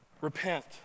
repent